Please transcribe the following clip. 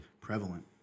prevalent